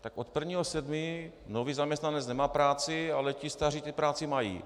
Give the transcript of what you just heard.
Tak od 1. 7. nový zaměstnanec nemá práci, ale ti staří, ti práci mají.